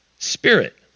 Spirit